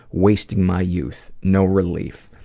wasting my youth. no relief.